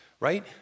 Right